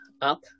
up